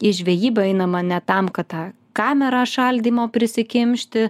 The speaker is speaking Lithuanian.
į žvejybą einama ne tam kad tą kamerą šaldymo prisikimšti